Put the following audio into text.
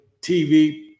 TV